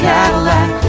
Cadillac